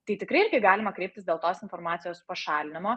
tai tikrai irgi galima kreiptis dėl tos informacijos pašalinimo